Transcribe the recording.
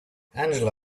angela